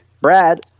Brad